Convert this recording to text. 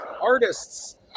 artists